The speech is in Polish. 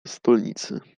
stolnicy